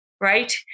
Right